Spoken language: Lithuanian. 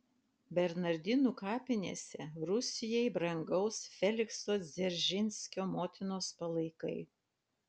bernardinų kapinėse rusijai brangaus felikso dzeržinskio motinos palaikai